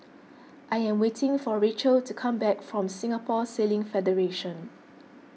I am waiting for Rachelle to come back from Singapore Sailing Federation